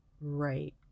Right